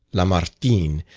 lamartine,